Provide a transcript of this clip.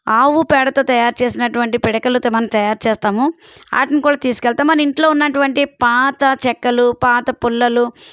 ఆవు పేడతో తయారు చేసినటువంటి పిడకలతో మనం తయారు చేస్తాము వాటిని కూడా తీసుకెళతాము మన ఇంట్లో ఉన్నటువంటి పాత చెక్కలు పాత పుల్లలు